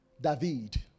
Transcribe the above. David